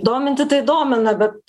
dominti tai domina bet